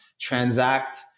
transact